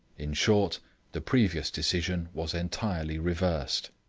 in short the previous decision was entirely reversed.